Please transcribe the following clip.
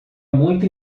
muito